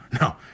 no